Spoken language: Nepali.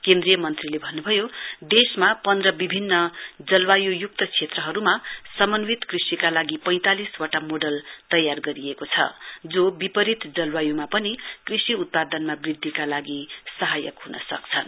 केन्द्रीय मन्त्रीले भन्न्भयो देशमा पन्ध विभिन्न जलवाय्य्क्त क्षेत्रहरुमा समनिवत कृषिका लागि पैंतालिस वटा मोडल तयार गरिएको छ जो विपरीत जलवाय्मा पनि कृषि उत्पादनमा वृध्दिका लागि सहायक ह्न सक्छन्